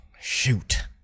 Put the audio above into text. Shoot